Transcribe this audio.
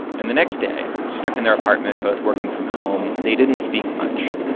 and the next day stuck in their apartment, both working from home they didn't speak much.